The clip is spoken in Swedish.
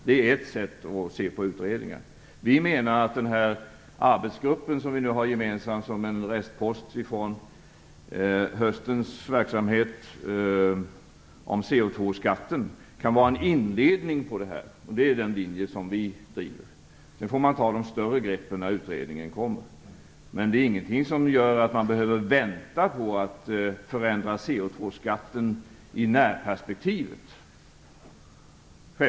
Det är ett sätt att se på utredningar. Vi menar att den gemensamma arbetsgrupp om CO2-skatten vi har som en restpost från höstens verksamhet kan vara en inledning. Det är den linje som vi driver. Sedan får man ta de större greppen när utredningen kommer. Men det är ingenting som gör att man behöver vänta på att förändra CO2-skatten i närperspektivet.